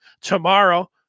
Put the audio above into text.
tomorrow